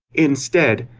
instead,